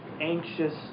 anxious